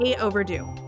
overdue